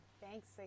Thanks